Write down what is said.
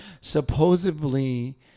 Supposedly